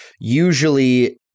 usually